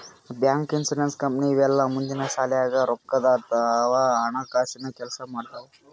bank, insurance company ಇವೆಲ್ಲ ಮಂದಿಗ್ ಸಲ್ಯಾಕ್ ರೊಕ್ಕದ್ ಅಥವಾ ಹಣಕಾಸಿನ್ ಕೆಲ್ಸ್ ಮಾಡ್ತವ್